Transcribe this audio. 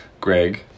Greg